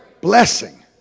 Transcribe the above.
blessing